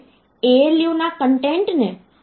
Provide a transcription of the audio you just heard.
તેથી આ રીતે આ d માઈનસ 1 એ મૂલ્ય b માઈનસ 1 છે